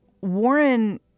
Warren